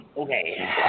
Okay